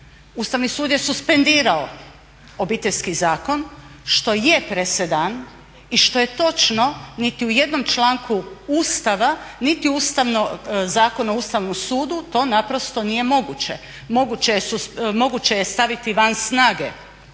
Ustavni sud je suspendirao Obiteljski zakon što je presedan. I što je točno niti u jednom članku Ustava, niti u Zakonu o Ustavnom sudu to naprosto nije moguće. Moguće je staviti van snage